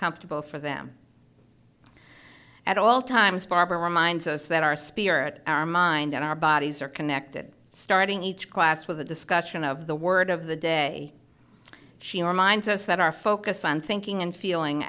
comfortable for them at all times barbara reminds us that our spirit our mind and our bodies are connected starting each class with a discussion of the word of the day she reminds us that our focus on thinking and feeling